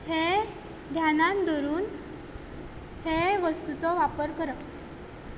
हें ध्यानान धरून हें वस्तूचो वापर करप